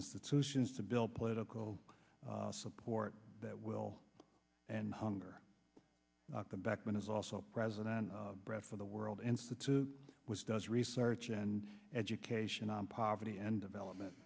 institutions to build political support that will and hunger the backbone is also president of bread for the world institute which does research and education on poverty and development